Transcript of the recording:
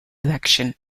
election